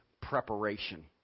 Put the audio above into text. preparation